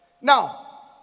Now